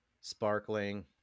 sparkling